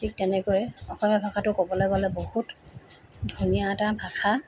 ঠিক তেনেকৈ অসমীয়া ভাষাটো ক'বলৈ গ'লে বহুত ধুনীয়া এটা ভাষা